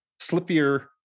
Slippier